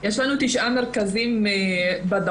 יש לנו תשעה מרכזים בדרום.